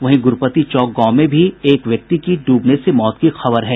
वहीं गुरपति चौक गांव में भी एक व्यक्ति की डूबने से मौत हो गयी